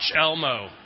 Elmo